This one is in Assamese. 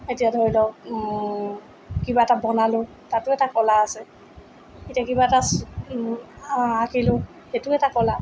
এতিয়া ধৰিলওক কিবা এটা বনালোঁ সেইটোও এটা কলা আছে এতিয়া কিবা এটা আঁকিলোঁ সেইটোও এটা কলা